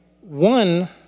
one